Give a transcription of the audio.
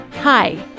Hi